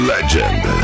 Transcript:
Legend